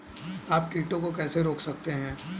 आप कीटों को कैसे रोक सकते हैं?